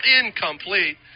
Incomplete